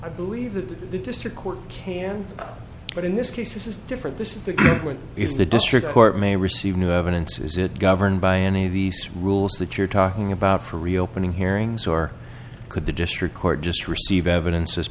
i believe that the district court can but in this case this is different this is the point if the district court may receive new evidence is it governed by any of the some rules that you're talking about for reopening hearings could the district court just receive evidence as